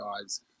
guys